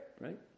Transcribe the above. right